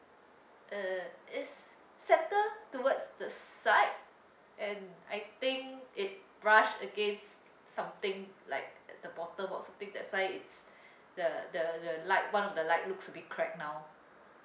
uh it's centre towards the side and I think it brushed against something like at the bottom or something that's why it's the the the light one of the light looks a bit cracked now